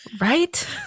Right